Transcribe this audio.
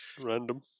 Random